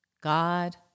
God